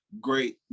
great